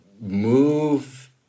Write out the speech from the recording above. move